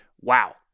wow